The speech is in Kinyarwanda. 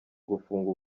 gufungwa